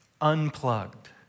unplugged